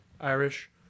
Irish